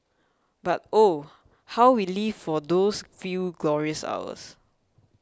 but oh how we lived for those few glorious hours